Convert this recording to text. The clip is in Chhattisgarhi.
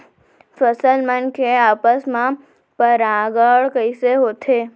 फसल मन के आपस मा परागण कइसे होथे?